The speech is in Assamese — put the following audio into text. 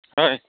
হয়